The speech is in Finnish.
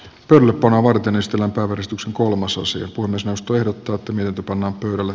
tulppa nuorten estellen puristus kolmas uusi osasto ehdottaa tunnettu pannaan pöydälle